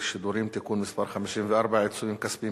ושירותים) (תיקון מס' 54) (עיצומים כספיים),